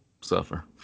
suffer